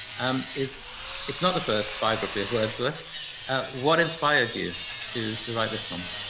um is it's not the first biography of wordsworth. ah what inspired you to to write this one?